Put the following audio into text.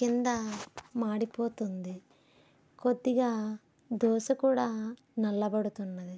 క్రింద మాడిపోతుంది కొద్దిగా దోశ కూడా నల్లబడుతుంది